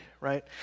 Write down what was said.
right